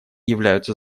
являются